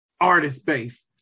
artist-based